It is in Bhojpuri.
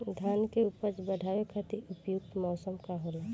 धान के उपज बढ़ावे खातिर उपयुक्त मौसम का होला?